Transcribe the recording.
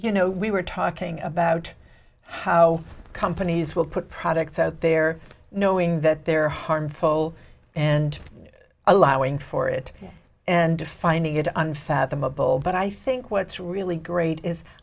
you know we were talking about how companies will put products out there knowing that they're harmful and allowing for it and defining it unfathomable but i think what's really great is